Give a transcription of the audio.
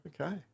Okay